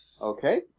Okay